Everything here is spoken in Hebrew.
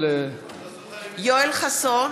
יואל חסון.